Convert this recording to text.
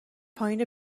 پایین